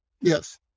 Yes